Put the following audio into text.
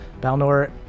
Balnor